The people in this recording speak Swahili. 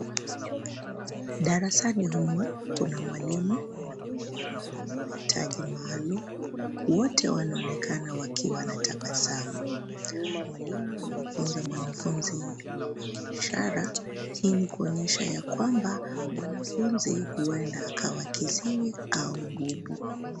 Darasani humu kuna mwalimu na mwanafunzi mwenye mahitaji maalum. Wote wanaonekana wakiwa na tabasamu. Mwalimu anamfunza mwanafunzi lugha ya ishara. Hii ni kuonyesha ya kwamba mwanafunzi huenda akawa kiziwi au bubu.